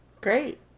Great